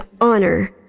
honor